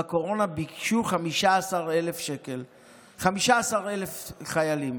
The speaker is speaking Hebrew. בקורונה ביקשו 15,000 חיילים,